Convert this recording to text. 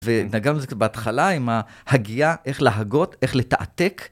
ונגע בזה קצת בהתחלה, עם ההגיהה, איך להגות, איך לתעתק.